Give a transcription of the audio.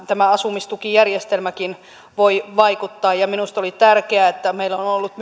tämä asumistukijärjestelmäkin voi vaikuttaa kohtuuhintaiseen asumiseen ja minusta on tärkeää että meillä on on ollut